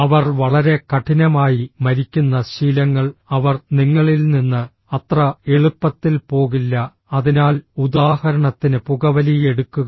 അവർ വളരെ കഠിനമായി മരിക്കുന്ന ശീലങ്ങൾ അവർ നിങ്ങളിൽ നിന്ന് അത്ര എളുപ്പത്തിൽ പോകില്ല അതിനാൽ ഉദാഹരണത്തിന് പുകവലി എടുക്കുക